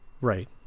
right